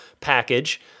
package